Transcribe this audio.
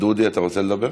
דודי, אתה רוצה לדבר?